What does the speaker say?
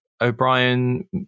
O'Brien